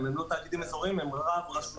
הם לא אזוריים אלא רב-רשותיים.